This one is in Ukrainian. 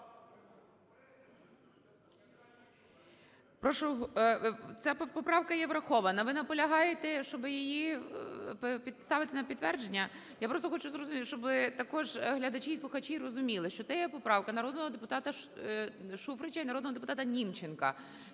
Прошу, ця поправка є врахована. Ви наполягаєте, щоб її ставити на підтвердження? Я просто хочу зрозуміти, щоби також глядачі і слухачі розуміли, що це є поправка народного депутата Шуфрича і народного депутата Німченка,